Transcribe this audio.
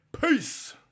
Peace